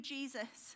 Jesus